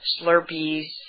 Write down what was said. slurpees